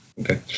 Okay